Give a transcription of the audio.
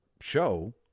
show